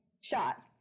shot